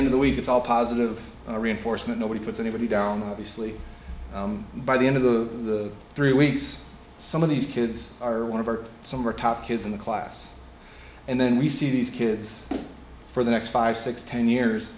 end of the week it's all positive reinforcement nobody puts anybody down obviously by the end of the three weeks some of these kids are one of our summer top kids in the class and then we see these kids for the next five six ten years